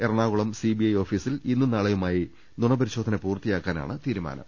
Ernakulam CBI ഓഫീസിൽ ഇന്നും നാളെയുമായി നുണ പരിശോധന പൂർത്തിയാക്കാനാണ് തീരുമാനം